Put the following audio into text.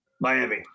Miami